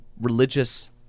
religious